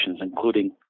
including